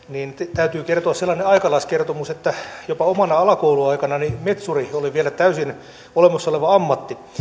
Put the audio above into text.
täytyy kertoa sellainen aikalaiskertomus että jopa omana alakouluaikanani metsuri oli vielä täysin olemassa oleva ammatti